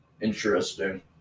Interesting